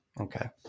Okay